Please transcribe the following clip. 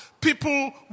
People